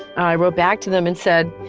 i wrote back to them and said,